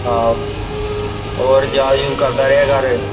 ਆਹੋ ਔਰ ਯਾਦ ਯੂਦ ਕਰਦਾ ਰਿਹਾ ਕਰ